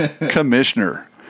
commissioner